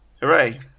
Hooray